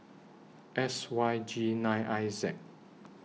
S Y G nine I Z